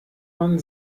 man